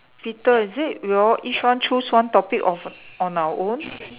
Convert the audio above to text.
Peter is it we all each one choose one topic of on our own